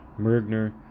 Mergner